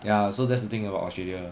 ya so that's the thing about australia